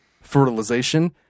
fertilization